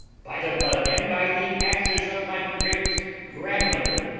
by the blood and by the ashes of my great grandmother,